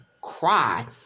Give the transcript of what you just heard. cry